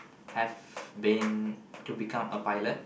have been to become a pilot